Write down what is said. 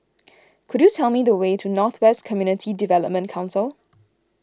could you tell me the way to North West Community Development Council